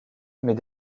mais